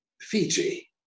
Fiji